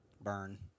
Burn